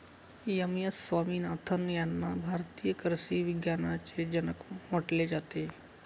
M S Swaminathan यांना भारतीय कृषी विज्ञानाचे जनक म्हटले जाते